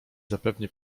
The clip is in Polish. zapewne